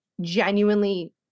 genuinely